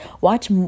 watch